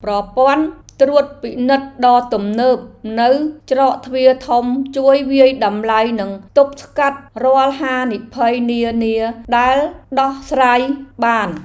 ប្រព័ន្ធត្រួតពិនិត្យដ៏ទំនើបនៅច្រកទ្វារធំជួយវាយតម្លៃនិងទប់ស្កាត់រាល់ហានិភ័យនានាដែលដោះស្រាយបាន។